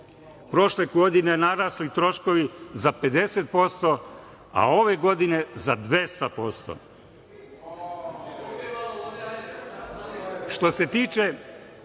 Prošle godine narasli su troškovi za 50%, a ove godine za 200%.Što se tiče